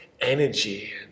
energy